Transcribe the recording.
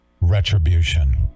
retribution